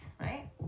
right